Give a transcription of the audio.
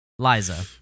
Liza